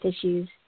issues